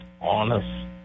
honest